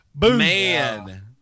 man